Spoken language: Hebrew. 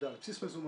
על בסיס מזומן,